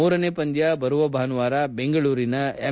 ಮೂರನೇ ಪಂದ್ಯ ಬರುವ ಭಾನುವಾರ ಬೆಂಗಳೂರಿನ ಎಂ